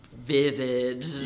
vivid